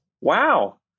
wow